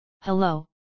Hello